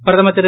பிரதமர் திரு